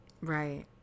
Right